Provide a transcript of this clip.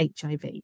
HIV